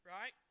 Right